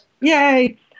Yay